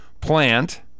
Plant